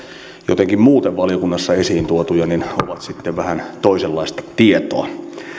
jotenkin muuten valiokunnassa esiin tuotuja ovat sitten vähän toisenlaista tietoa